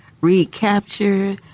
recapture